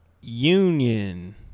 Union